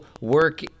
work